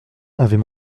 avait